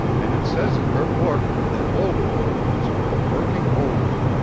and it says in her book that older orphans are for working only.